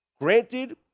Granted